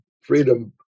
freedom